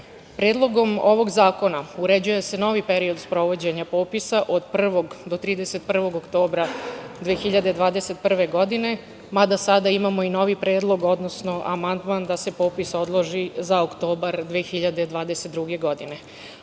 izjasnimo. Predlogom ovog zakona uređuje se novi period sprovođenja popisa od 1. do 31. oktobra 2021. godine, mada sada imamo i novi predlog, odnosno amandman da se popis odloži za oktobar 2022. godine.